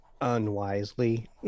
unwisely